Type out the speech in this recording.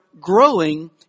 growing